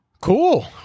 Cool